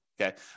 Okay